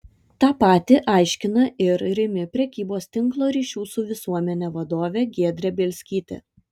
tą patį aiškina ir rimi prekybos tinklo ryšių su visuomene vadovė giedrė bielskytė